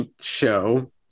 show